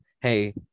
hey